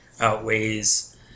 outweighs